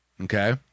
okay